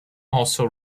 also